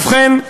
ובכן,